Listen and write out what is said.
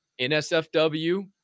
nsfw